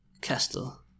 castle